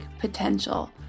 potential